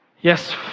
Yes